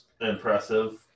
impressive